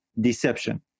deception